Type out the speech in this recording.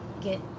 get